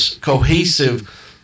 cohesive